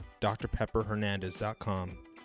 DrPepperHernandez.com